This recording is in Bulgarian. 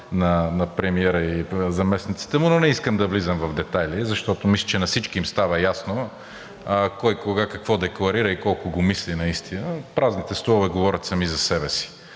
на премиера и заместниците му, но не искам да влизам в детайли, защото мисля, че на всички им става ясно кой кога какво декларира и колко го мисли наистина. Празните столове говорят сами за себе си,